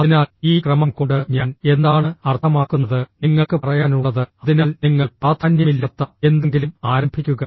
അതിനാൽ ഈ ക്രമം കൊണ്ട് ഞാൻ എന്താണ് അർത്ഥമാക്കുന്നത് നിങ്ങൾക്ക് പറയാനുള്ളത് അതിനാൽ നിങ്ങൾ പ്രാധാന്യമില്ലാത്ത എന്തെങ്കിലും ആരംഭിക്കുക